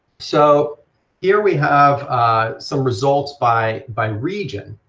so here we have some results by by region,